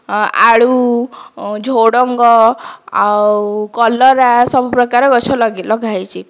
ଆଳୁ ଝୁଡ଼ଙ୍ଗ ଆଉ କଲରା ସବୁ ପ୍ରକାର ଗଛ ଲଗାହୋଇଛି